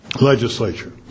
legislature